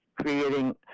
creating